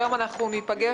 היום אנחנו ניפגש.